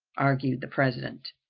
argued the president.